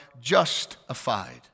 justified